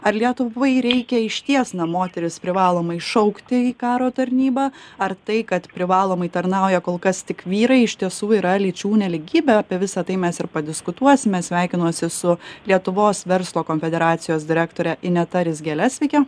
ar lietuvai reikia išties na moteris privalomai šaukti į karo tarnybą ar tai kad privalomai tarnauja kol kas tik vyrai iš tiesų yra lyčių nelygybė apie visa tai mes ir padiskutuosime sveikinuosi su lietuvos verslo konfederacijos direktorė ineta rizgele sveiki